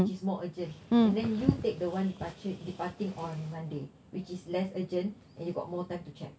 which is more urgent and then you take the one departure departing on monday which is less urgent and you got more time to check